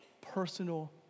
personal